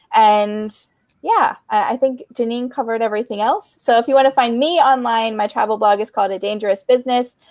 and yeah. i think jeannine covered everything else. so if you want to find me online, my travel blog is called a dangerous business.